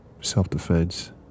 self-defense